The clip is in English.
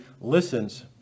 listens